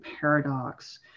paradox